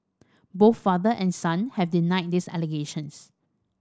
both father and son have denied these allegations